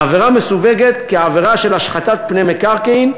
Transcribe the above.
העבירה מסווגת כעבירה של "השחתת פני מקרקעין",